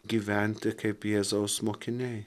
gyventi kaip jėzaus mokiniai